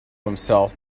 himself